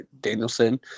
Danielson